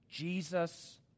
Jesus